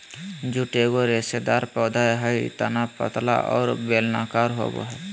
jute एगो रेशेदार पौधा हइ तना पतला और बेलनाकार होबो हइ